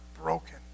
broken